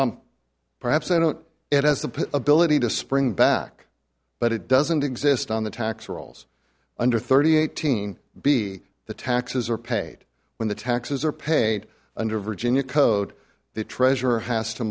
perhaps i don't it has the ability to spring back but it doesn't exist on the tax rolls under thirty eighteen b the taxes are paid when the taxes are paid under a virginia code the treasurer has to